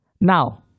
Now